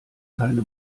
keine